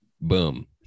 Boom